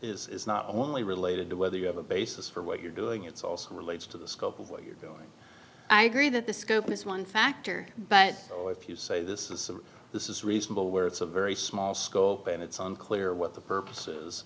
do is not only related to whether you have a basis for what you're doing it's also relates to the scope of what you're doing i agree that the scope is one factor but if you say this is this is reasonable where it's a very small scope and it's unclear what the purposes